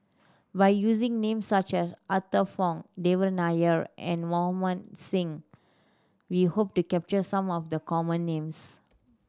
by using names such as Arthur Fong Devan Nair and Singh we hope to capture some of the common names